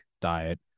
diet